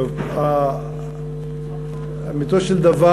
אדוני היושב-ראש, חברי הכנסת, טוב, לאמיתו של דבר,